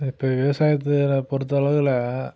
இப்போ விவசாயத்தில் பொறுத்தளவில்